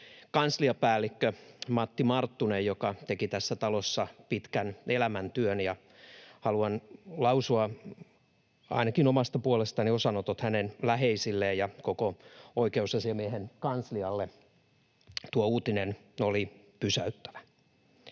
kansliapäällikkö Matti Marttunen, joka teki tässä talossa pitkän elämäntyön. Haluan lausua ainakin omasta puolestani osanotot hänen läheisilleen ja koko Oikeusasiamiehen kanslialle. Tuo uutinen oli pysäyttävä.